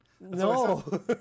No